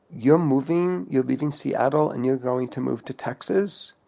you're moving? you're leaving seattle, and you're going to move to texas?